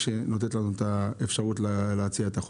כשהיא נותנת לנו את האפשרות להציע את החוק.